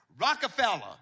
Rockefeller